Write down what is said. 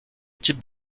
type